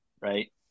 right